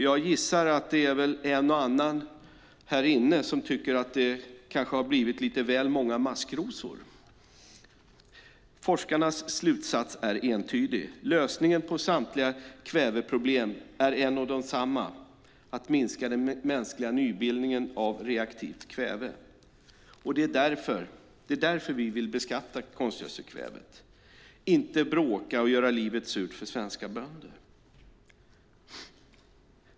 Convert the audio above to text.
Jag gissar att det väl är en och annan här inne som tycker att det kanske har blivit lite väl många maskrosor. Forskarnas slutsats är entydig. Lösningen på samtliga kväveproblem är en och densamma, nämligen att minska den mänskliga nybildningen av reaktivt kväve. Det är därför vi vill beskatta konstgödselkvävet. Det handlar inte om att vi vill bråka och göra livet surt för svenska bönder.